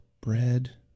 Bread